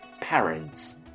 parents